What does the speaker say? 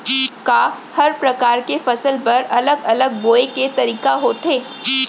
का हर प्रकार के फसल बर अलग अलग बोये के तरीका होथे?